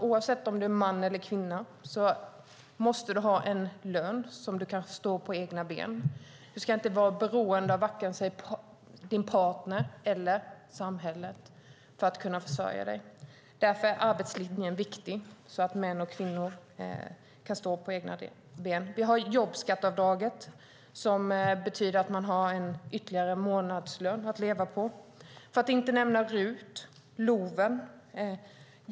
Oavsett om du är man eller kvinna måste du ha en lön så att du kan stå på egna ben. Du ska inte vara beroende av vare sig partner eller samhälle för att kunna försörja dig. Jobbskatteavdraget innebär att alla har ytterligare en månadslön att leva på, och vi får inte glömma RUT och LOV.